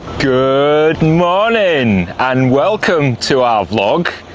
good morning and welcome to our vlog,